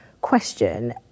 question